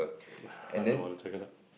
I don't want to check it out